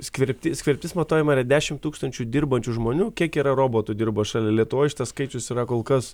skverbti skverbtis matuojama yra dešimt tūkstančių dirbančių žmonių kiek yra robotų dirba šalia lietuvoj šitas skaičius yra kol kas